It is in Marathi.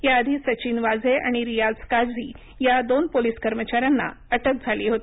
याआधी सचिन वाझे आणि रियाझ काझी या दोन पोलीस कर्मचाऱ्यांना अटक झाली होती